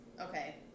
okay